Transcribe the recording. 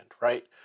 right